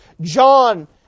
John